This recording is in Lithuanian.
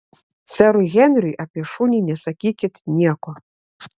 serui henriui apie šunį nesakykit nieko